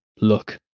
look